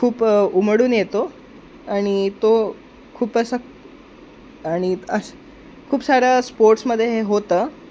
खूप उमटून येतो आणि तो खूप असा आणि खूप साऱ्या स्पोर्ट्समध्ये हे होतं